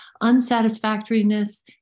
Unsatisfactoriness